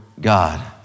God